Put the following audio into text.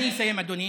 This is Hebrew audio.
אני אסיים, אדוני.